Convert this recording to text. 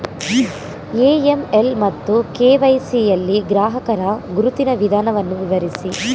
AML ಮತ್ತು KYC ಯಲ್ಲಿ ಗ್ರಾಹಕರ ಗುರುತಿನ ವಿಧಾನವನ್ನು ವಿವರಿಸಿ?